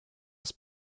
das